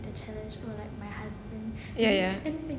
ya ya